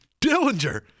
dillinger